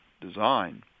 design